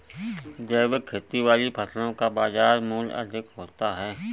जैविक खेती वाली फसलों का बाज़ार मूल्य अधिक होता है